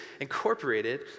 incorporated